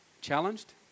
challenged